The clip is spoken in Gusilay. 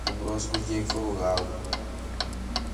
fuburoos gujéék fo go gagu.